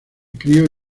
crio